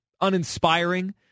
uninspiring